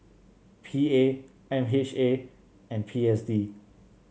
P A M H A and P S D